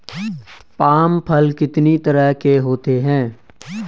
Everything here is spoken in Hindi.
पाम फल कितनी तरह के होते हैं?